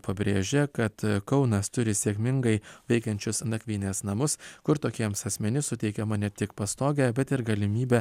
pabrėžia kad kaunas turi sėkmingai veikiančius nakvynės namus kur tokiems asmenims suteikiama ne tik pastogė bet ir galimybė